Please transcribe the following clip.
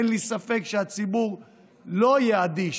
אין לי ספק שהציבור לא יהיה אדיש,